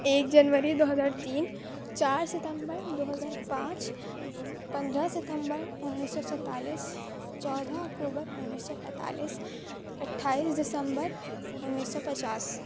ایک جنوری دو ہزار تین چار ستمبر دو ہزار پانچ پندرہ ستمبر انیس سو سینتالیس چودہ اکتوبر انیس سو پینتالیس اٹھائیس دسمبر انیس سو پچاس